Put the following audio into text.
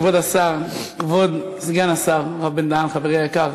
כבוד סגן השר מר בן-דהן חברי היקר,